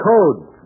Codes